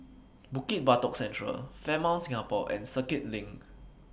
Bukit Batok Central Fairmont Singapore and Circuit LINK